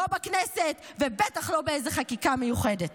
לא בכנסת ולא באיזה חקיקה מיוחדת.